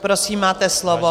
Prosím, máte slovo.